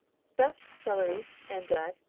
stuffed celery, endive,